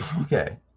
Okay